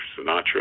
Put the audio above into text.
Sinatra